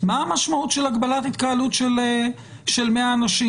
מה המשמעות של הגבלת התקהלות של 100 אנשים?